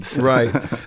Right